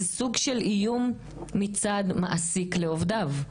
זה סוג של איום מצד מעסיק לעובדיו?